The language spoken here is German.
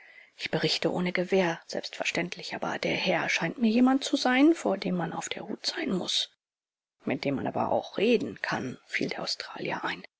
ich berichte ohne gewähr selbstverständlich aber der herr scheint mir jemand zu sein vor dem man auf der hut sein muß mit dem man aber auch reden kann fiel der australier ein